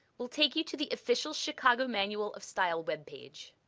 will take you to the official chicago manual of style webpage.